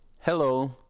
hello